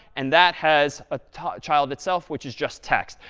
and that has a child itself, which is just text.